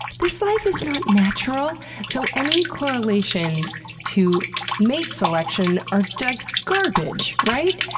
this life is not natural! so, any correlations to mate selections are just garbage, right?